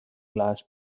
glass